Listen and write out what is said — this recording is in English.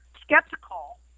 skeptical